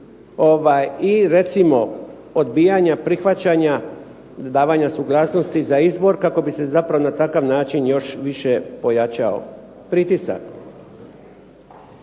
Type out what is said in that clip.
i recimo odbijanja prihvaćanja davanja suglasnosti za izbor kako bi se zapravo na takav način još više pojačao pritisak.